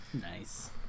Nice